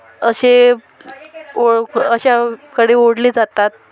असे अशाकडे ओढले जातात